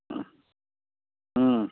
ம் ம்